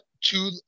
two